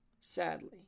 sadly